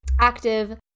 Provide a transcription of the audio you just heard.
active